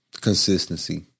Consistency